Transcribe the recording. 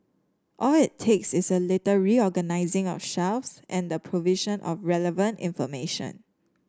all it takes is a little reorganising of shelves and the provision of relevant information